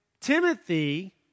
Timothy